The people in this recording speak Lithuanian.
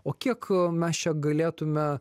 o kiek mes čia galėtume